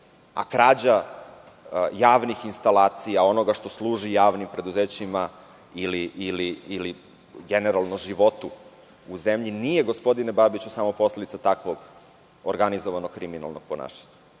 a krađa javnih instalacija onoga što služi javnim preduzećima ili generalno životu u zemlji, nije gospodine Babiću, samo posledica takvog organizovanog kriminalnog ponašanja.